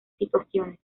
situaciones